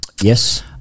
Yes